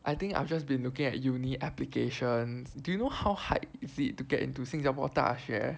I think I've just been looking at uni applications do you know how hard is it to get into 新加坡大学